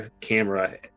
camera